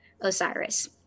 Osiris